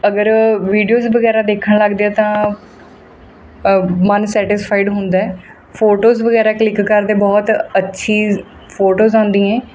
ਅਗਰ ਵੀਡੀਓਜ਼ ਵਗੈਰਾ ਦੇਖਣ ਲੱਗਦੇ ਹੋ ਤਾਂ ਮਨ ਸੈਟਿਸਫਾਈਡ ਹੁੰਦਾ ਫੋਟੋਜ਼ ਵਗੈਰਾ ਕਲਿੱਕ ਕਰਦੇ ਬਹੁਤ ਅੱਛੀ ਜ ਫੋਟੋਜ਼ ਆਉਂਦੀਆਂ